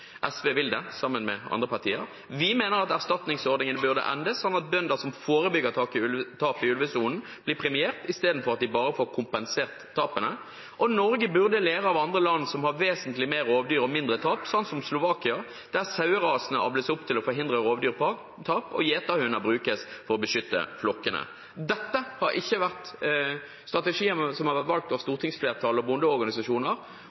SV vil det, sammen med andre partier. Vi mener at erstatningsordningen burde endres, slik at bønder som forebygger tap i ulvesonen, blir premiert, istedenfor at de bare får kompensert tapene. Norge burde lære av land som har vesentlig flere rovdyr og mindre tap, som Slovakia, der sauerasene avles opp til å forhindre rovdyrtap, og gjeterhunder brukes for å beskytte flokkene. Dette har ikke vært strategien valgt av